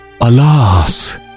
Alas